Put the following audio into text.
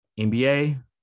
nba